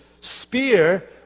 spear